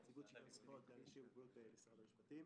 אני מנציבות שוויון זכויות לאנשים עם מוגבלות במשרד המשפטים.